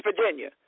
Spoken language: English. Virginia